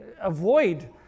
avoid